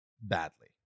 badly